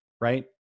right